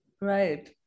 Right